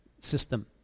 system